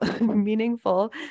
meaningful